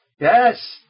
Yes